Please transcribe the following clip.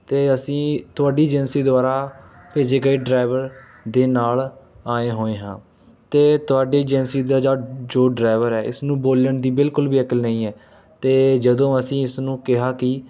ਅਤੇ ਅਸੀਂ ਤੁਹਾਡੀ ਏਜੰਸੀ ਦੁਆਰਾ ਭੇਜੇ ਗਏ ਡਰਾਈਵਰ ਦੇ ਨਾਲ ਆਏ ਹੋਏ ਹਾਂ ਅਤੇ ਤੁਹਾਡੀ ਏਜੰਸੀ ਦਾ ਜਾ ਜੋ ਡਰਾਈਵਰ ਹੈ ਇਸ ਨੂੰ ਬੋਲਣ ਦੀ ਬਿਲਕੁਲ ਵੀ ਅਕਲ ਨਹੀਂ ਹੈ ਅਤੇ ਜਦੋਂ ਅਸੀਂ ਇਸ ਨੂੰ ਕਿਹਾ ਕਿ